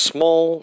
small